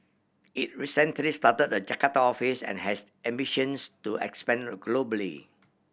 it recently started a Jakarta office and has ambitions to expand globally